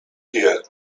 gear